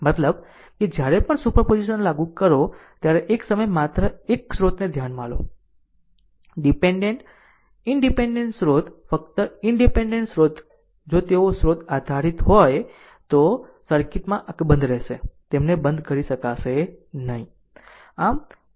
મતલબ કે જ્યારે પણ સુપરપોઝિશન લાગુ કરો ત્યારે એક સમયે માત્ર એક સ્ત્રોતને ધ્યાનમાં લો ઈનડીપેન્ડેન્ટ સ્રોત ફક્ત ઈનડીપેન્ડેન્ટ સ્રોત જો તેઓ સ્રોત આધારિત હોય તો સર્કિટમાં અકબંધ રહેશે તેમને બંધ કરી શકશે નહીં